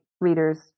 readers